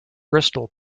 bristol